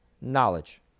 Knowledge